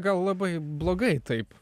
gal labai blogai taip